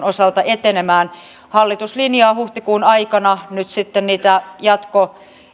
osalta etenemään hallitus linjaa huhtikuun aikana nyt sitten niitä